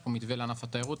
יש פה מתווה לענף התיירות,